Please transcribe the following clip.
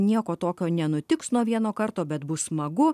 nieko tokio nenutiks nuo vieno karto bet bus smagu